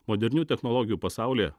modernių technologijų pasaulyje